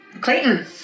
Clayton